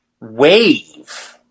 wave